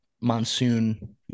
monsoon